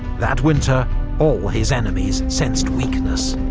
that winter all his enemies sensed weakness,